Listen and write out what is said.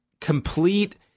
complete